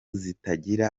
zitagira